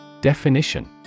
Definition